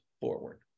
forward